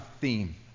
theme